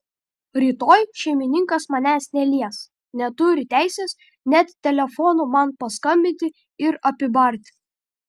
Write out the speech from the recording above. rytoj šeimininkas manęs nelies neturi teisės net telefonu man paskambinti ir apibarti